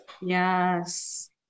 yes